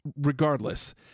regardless